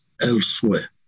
elsewhere